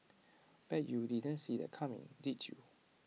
bet you you didn't see that coming did you